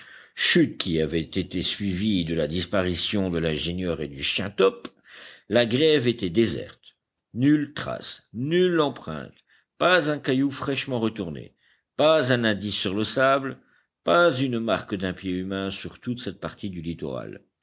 chute qui avait été suivie de la disparition de l'ingénieur et du chien top la grève était déserte nulle trace nulle empreinte pas un caillou fraîchement retourné pas un indice sur le sable pas une marque d'un pied humain sur toute cette partie du littoral